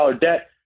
debt